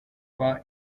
war